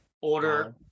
order